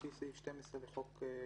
לפי סעיף 12 לחסד"פ,